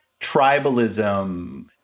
tribalism